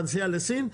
בנסיעה לסין,